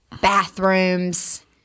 bathrooms